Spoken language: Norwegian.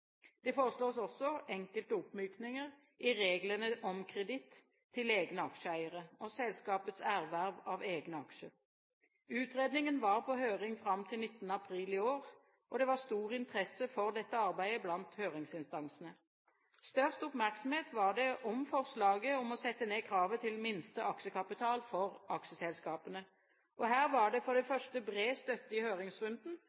Det foreslås også enkelte oppmykninger i reglene om kreditt til egne aksjeeiere og selskapets erverv av egne aksjer. Utredningen var på høring fram til 19. april i år, og det var stor interesse for dette arbeidet blant høringsinstansene. Størst oppmerksomhet var det om forslaget om å sette ned kravet til minste aksjekapital for aksjeselskapene. Her var det for det